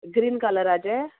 green कलराचे